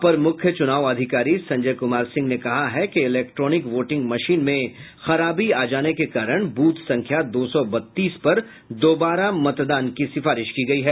अपर मुख्य चुनाव अधिकारी संजय कुमार सिंह ने कहा है कि इलेक्ट्रॉनिक वोटिंग मशीन में खराबी आ जाने के कारण बूथ संख्या दो सौ बत्तीस पर दोबारा मतदान की सिफारिश की गई है